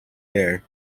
there